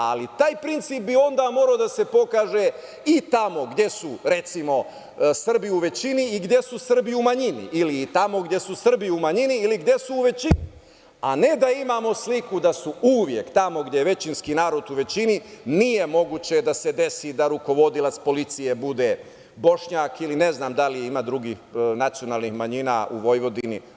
Ali taj princip bi onda morao da se pokaže i tamo gde su recimo Srbi u većini i gde su Srbi u manjini ili tamo gde su Srbi u manjini ili gde su u većini, a ne da imamo sliku da su uvek tamo gde je većinski narod u većini nije moguće da se desi da rukovodilac policije bude Bošnjak ili ne znam da li ima drugih nacionalnih manjina u Vojvodini.